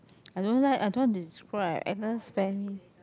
I don't like I don't know how to describe Agnes spare me